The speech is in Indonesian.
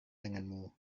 denganmu